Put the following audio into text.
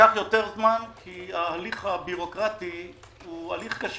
לקח יותר זמן כי ההליך הבירוקרטי הוא קשה.